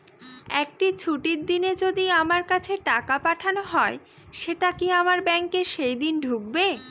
একটি ছুটির দিনে যদি আমার কাছে টাকা পাঠানো হয় সেটা কি আমার ব্যাংকে সেইদিন ঢুকবে?